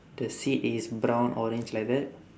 the seat is brown orange like that